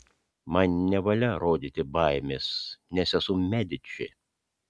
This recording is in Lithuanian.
man nevalia rodyti baimės nes esu mediči